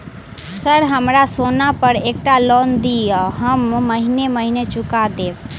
Sir हमरा सोना पर एकटा लोन दिऽ हम महीने महीने चुका देब?